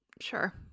Sure